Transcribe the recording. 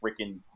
freaking